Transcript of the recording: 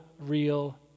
real